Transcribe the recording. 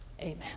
Amen